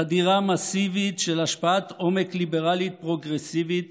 חדירה מסיבית של השפעת עומק ליברלית פרוגרסיבית